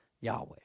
Yahweh